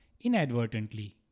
inadvertently